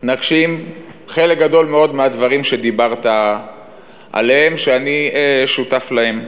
נגשים חלק גדול מאוד מהדברים שדיברת עליהם שאני שותף להם,